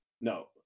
No